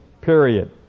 period